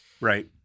Right